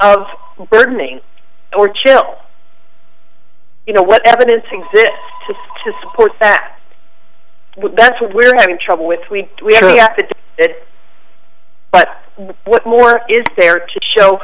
of burdening or chill you know what evidence exists to support that but that's what we're having trouble with we we have reacted to it but what more is there to show